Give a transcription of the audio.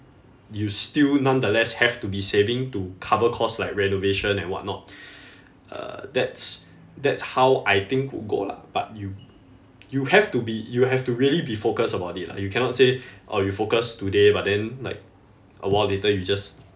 you still nonetheless have to be saving to cover costs like renovation and what not uh that's that's how I think would go lah but you you have to be you have to really be focused about it lah you cannot say oh you focus today but then like a while later you just